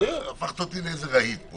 והפכת אותי לאיזה רהיט פה.